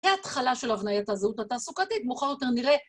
תהיה התחלה של הבניית הזהות התעסוקתית. מאוחר יותר נראה...